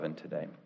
today